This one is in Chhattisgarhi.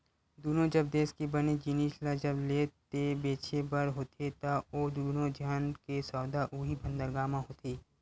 दुनों जब देस के बने जिनिस ल जब लेय ते बेचें बर होथे ता ओ दुनों झन के सौदा उहीं बंदरगाह म होथे